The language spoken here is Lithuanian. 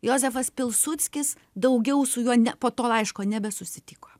jozefas pilsudskis daugiau su juo ne po to laiško nebesusitiko